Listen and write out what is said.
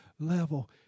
Level